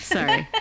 Sorry